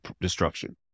destruction